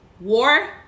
War